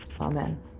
Amen